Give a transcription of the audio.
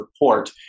report